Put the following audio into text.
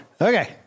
Okay